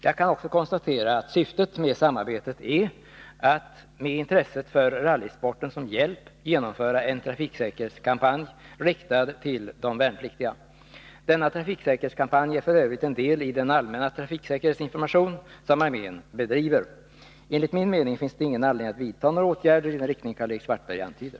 Jag kan också konstatera att syftet med samarbetet är att med intresset för rallysporten som hjälp genomföra en trafiksäkerhetskampanj riktad till de värnpliktiga. Denna trafiksäkerhetskampanj är f. ö. en del i den allmänna trafiksäkerhetsinformation som armén bedriver. Enligt min mening finns det ingen anledning att vidta några åtgärder i den riktning Karl-Erik Svartberg antyder.